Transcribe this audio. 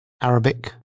Arabic